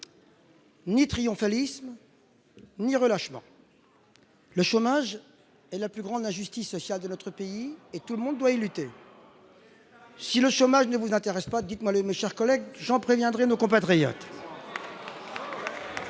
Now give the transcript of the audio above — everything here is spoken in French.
ni triomphalisme ni relâchement : le chômage est la plus grande injustice sociale de notre pays et tout le monde doit contribuer à la lutte. Si le chômage ne vous intéresse pas, dites-le-moi, chers collègues ! J'en préviendrai nos compatriotes